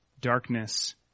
darkness